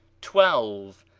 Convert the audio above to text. twelve.